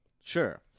Sure